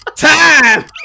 Time